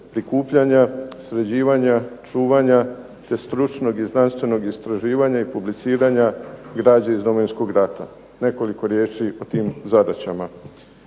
prikupljanja, sređivanja, čuvanja te stručnog i znanstvenog istraživanja i publiciranja građe iz Domovinskog rata. Nekoliko riječi o tim zadaćama.